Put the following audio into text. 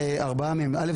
א',